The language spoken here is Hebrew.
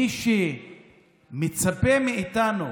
מי שמצפה מאיתנו